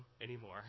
anymore